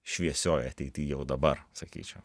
šviesioj ateity jau dabar sakyčiau